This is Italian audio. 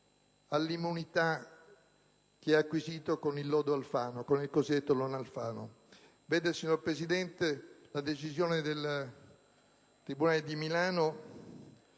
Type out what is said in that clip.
all'immunità che ha acquisito con il cosiddetto lodo Alfano. Vede, signor Presidente, la decisione del tribunale di Milano